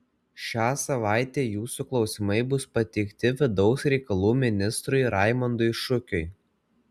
šią savaitę jūsų klausimai bus pateikti vidaus reikalų ministrui raimondui šukiui